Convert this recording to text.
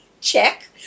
check